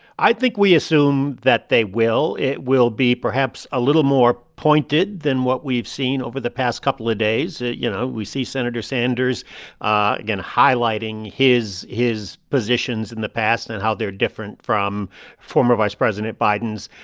i think we assume that they will. it will be perhaps a little more pointed than what we've seen over the past couple of days. you know, we see senator sanders again highlighting his his positions in the past and how they're different from former vice president biden's.